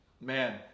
Man